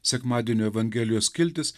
sekmadienio evangelijos skiltis